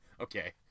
Okay